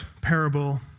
parable